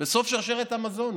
שרשרת המזון.